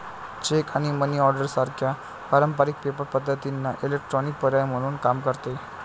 check आणि money order सारख्या पारंपारिक पेपर पद्धतींना इलेक्ट्रॉनिक पर्याय म्हणून काम करते